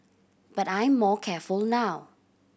but I'm more careful now